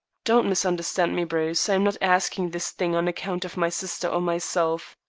don't misunderstand me, bruce. i am not asking this thing on account of my sister or myself.